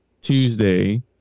Tuesday